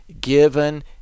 given